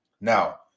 now